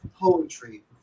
poetry